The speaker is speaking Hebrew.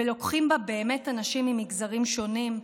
ולוקחים בה חלק באמת אנשים ממגזרים שונים,